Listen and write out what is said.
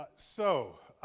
ah so.